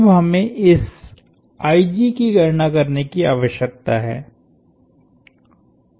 अब हमें इस की गणना करने की आवश्यकता है